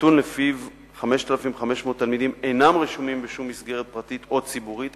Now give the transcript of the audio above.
הנתון שלפיו 5,500 תלמידים אינם רשומים בשום מסגרת פרטית או ציבורית,